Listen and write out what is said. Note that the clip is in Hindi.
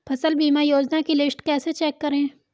फसल बीमा योजना की लिस्ट कैसे चेक करें?